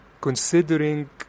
considering